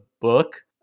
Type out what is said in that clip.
book